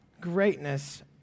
greatness